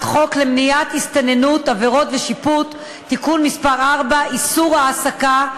חוק למניעת הסתננות (עבירות ושיפוט) (תיקון מס' 4) (איסור העסקה),